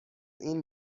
این